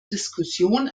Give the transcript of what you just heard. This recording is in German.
diskussion